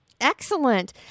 Excellent